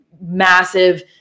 massive